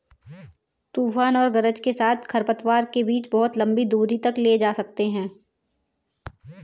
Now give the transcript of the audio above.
तूफान और गरज के साथ खरपतवार के बीज बहुत लंबी दूरी तक ले जा सकते हैं